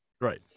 right